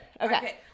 Okay